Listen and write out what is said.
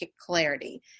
clarity